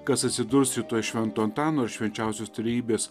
kas atsidurs rytoj švento antano ir švenčiausios trejybės